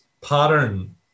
pattern